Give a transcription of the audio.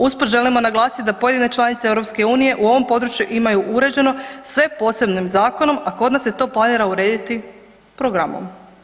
Uz put želimo naglasiti da pojedine članice EU u ovom području imaju uređeno sve posebnim zakonom, a kod nas se to planira urediti programom.